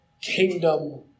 kingdom